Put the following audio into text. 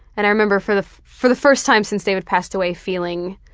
and i remember for the for the first time since david passed away feeling